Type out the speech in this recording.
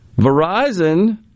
Verizon